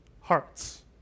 hearts